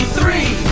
three